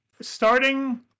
starting